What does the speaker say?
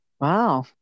Wow